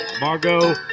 Margot